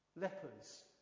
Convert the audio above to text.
Lepers